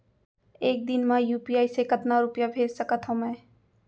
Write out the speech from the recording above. एक दिन म यू.पी.आई से कतना रुपिया भेज सकत हो मैं?